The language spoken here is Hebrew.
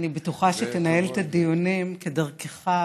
אני בטוחה שתנהל את הדיונים כדרכך: